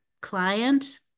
client